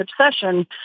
obsession